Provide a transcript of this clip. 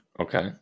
Okay